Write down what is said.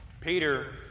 Peter